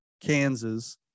Kansas